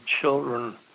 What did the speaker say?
children